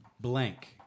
Blank